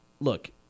Look